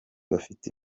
bafite